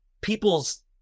people's